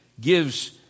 gives